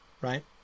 right